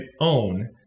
own